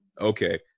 Okay